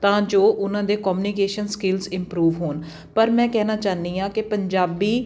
ਤਾਂ ਜੋ ਉਨ੍ਹਾਂ ਦੇ ਕੋਮਨੀਕੇਸ਼ਨ ਸਕਿੱਲਸ ਇਮਪਰੂਵ ਹੋਣ ਪਰ ਮੈਂ ਕਹਿਣਾ ਚਾਹੁੰਦੀ ਹਾਂ ਕਿ ਪੰਜਾਬੀ